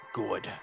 good